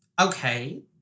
Okay